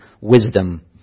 wisdom